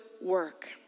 work